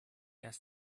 erst